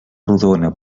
rodona